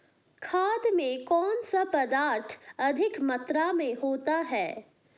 खाद में कौन सा पदार्थ अधिक मात्रा में होता है?